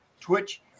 Twitch